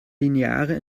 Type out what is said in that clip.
lineare